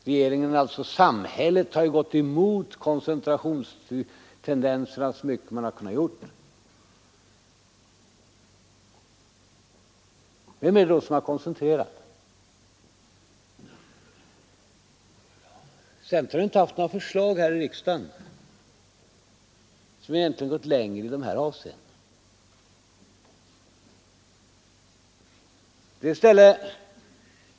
Regeringen — samhället — har alltså gått emot koncentrationstendenserna så mycket man kunnat göra det. Vem har då koncentrerat? Centern har inte haft några förslag här i riksdagen som gått längre i det avseendet.